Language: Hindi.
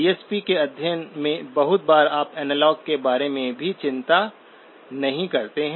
डीएसपी के अध्ययन में बहुत बार आप एनालॉग के बारे में भी चिंता नहीं करते हैं